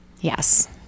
Yes